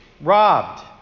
robbed